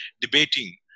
debating